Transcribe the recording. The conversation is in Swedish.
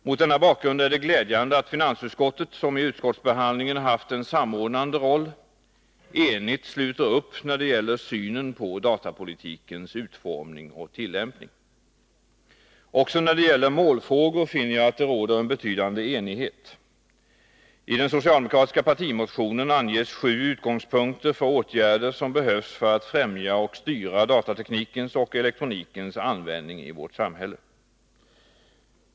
Mot denna bakgrund är det glädjande att finansutskottet — som i utskottsbehandlingen haft en samordnande roll — enigt sluter upp när det gäller synen på datapolitikens utformning och tillämpning. Också när det gäller målfrågor finner jag att det råder en betydande enighet. I den socialdemokratiska partimotionen anges sju utgångspunkter för åtgärder som behövs för att främja och styra datateknikens och elektronikens användning i vårt samhälle.